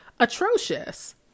atrocious